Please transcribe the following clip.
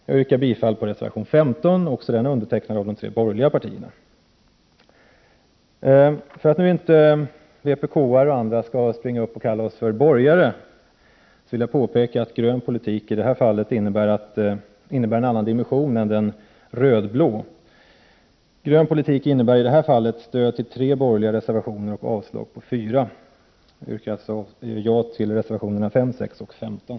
Jag yrkar bifall till reservation 15, också den undertecknad av de tre borgerliga partierna. För att inte vpk-are och andra skall springa upp och kalla oss för borgare, vill jag påpeka att grön politik innebär en annan dimension än den röd-blå. Grön politik innebär i det här fallet stöd till tre borgerliga trepartireservationer och avslag på fyra. Därmed yrkar jag bifall till reservationerna 5, 6 och 15.